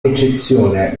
eccezione